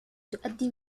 تؤدي